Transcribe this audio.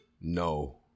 No